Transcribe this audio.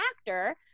actor